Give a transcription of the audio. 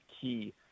key